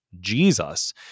Jesus